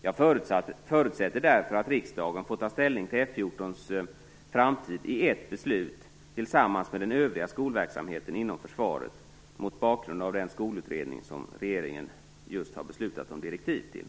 Jag förutsätter därför att riksdagen får ta ställning till F 14:s framtid i ett beslut som också rör den övriga skolverksamheten inom försvaret, mot bakgrund av den skolutredning regeringen just har beslutat om direktiv till.